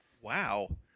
Wow